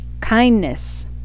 kindness